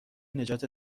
نجات